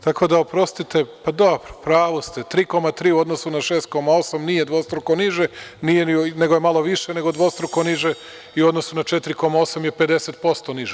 Tako da, oprostite, pa dobro u pravu ste, 3,3 u odnosu na 6,8 nije dvostruko niže, nego je malo više nego dvostruko niže i u odnosu na 4,8 je 50% niže.